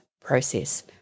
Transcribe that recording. process